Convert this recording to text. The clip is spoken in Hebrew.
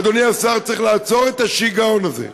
אדוני השר, צריך לעצור את השיגעון הזה.